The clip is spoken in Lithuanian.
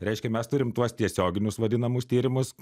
reiškia mes turim tuos tiesioginius vadinamus tyrimus